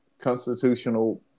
constitutional